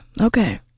Okay